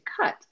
cut